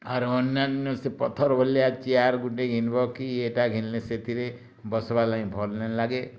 ଆର୍ ଅନ୍ୟାନ୍ୟ ସେ ପଥର୍ ଭଲିଆ ଚେୟାର୍ ଗୁଟେ ଘିନବ କି ଇଟା ଘିନ୍ଲେ ସେଥିରେ ବସ୍ବା ଲାଗିଁ ଭଲ୍ ନେଇଲାଗେ